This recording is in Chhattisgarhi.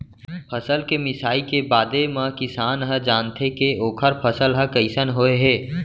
फसल के मिसाई के बादे म किसान ह जानथे के ओखर फसल ह कइसन होय हे